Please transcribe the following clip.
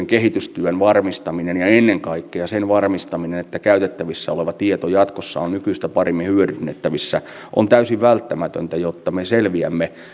kehitystyön varmistaminen ja ennen kaikkea sen varmistaminen että käytettävissä oleva tieto jatkossa on nykyistä paremmin hyödynnettävissä on täysin välttämätöntä jotta me selviämme